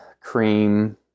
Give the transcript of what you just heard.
cream